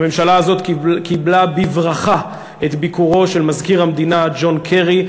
הממשלה הזאת קיבלה בברכה את ביקורו של מזכיר המדינה ג'ון קרי.